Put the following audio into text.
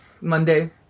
Monday